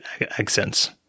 accents